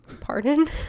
Pardon